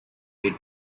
made